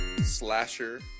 slasher